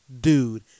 dude